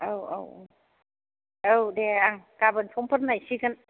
औ औ औ दे आं गाबोन समफोर नायसिगोन